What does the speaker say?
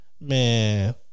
Man